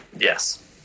Yes